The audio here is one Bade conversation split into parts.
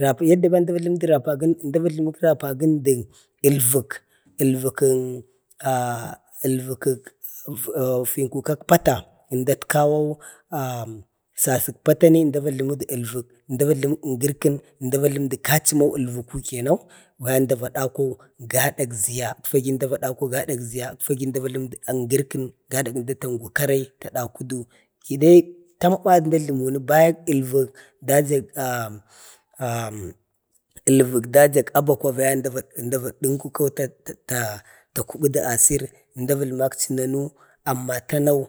ʒapu yadda əmda va jlumudu rapagən əmda va jləmək rapagəm dək əlfək, alfəkən vaya kak pata əmda ətkawo sasək patanani əmda va jləmədən, əmda va jləmədək əngərkən, əmda va jləmədu kachimo, wato əngərku kenan, əmda va dawhau gadak ʒiya, fe bewbe əmda va dawhau gadak ʒiya ʒngərkən gada əmda tangu karai ta dhudu. tamba əndi va jləmini ba dajak ah ah əlmək daja abakwa ənda va dunkukwau ta ta kubudu asiru. ʒmda va jəlmək dachi nanu, amma tanau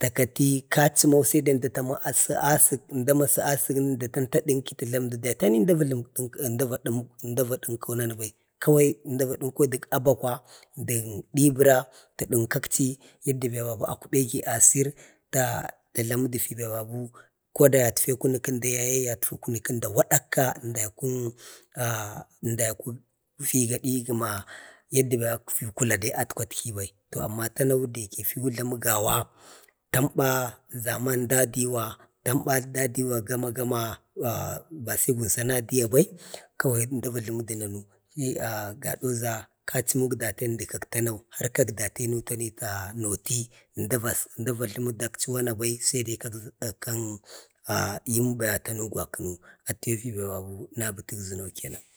da kati kachimau saidai əmda ta masi asək ʒmda masu asəkni ta dunka amma əmda va dunkau nanu bai. kawai əmda va dənkau dək abakwa dək dibəra ta dənkəkchi yaddabe ba a kubegi asir, ta jlamədi fi babu, koda yatfe kunukənda yaye yatfe kunu kənda waai gəma yadda yatfe kuladai atətwatki bai. to amma tanau dayake fi jlamu gawa tamba ʒaman dadiwa, tamba dadiwa gomagama, ah basai gunsa nadiya bai, kwari əmda vajləmədu nanu, ah gadauʒa kachimuk daten də kaktanau, har kadaten tane danauti, əmda vas-əmda va